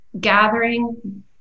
gathering